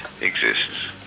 exists